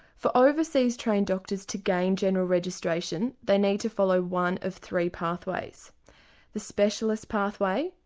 for overseas trained doctors to gain general registration they need to follow one of three pathways the specialist pathway,